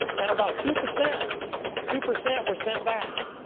and about, two percent two percent were sent back.